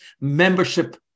membership